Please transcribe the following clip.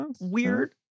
weird